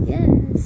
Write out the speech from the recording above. Yes